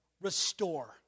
restore